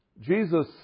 Jesus